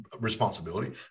responsibility